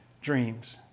dreams